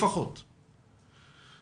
לפחות 50 מפקחים.